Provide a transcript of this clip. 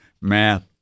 math